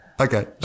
Okay